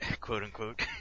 quote-unquote